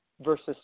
versus